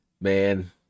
man